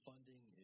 Funding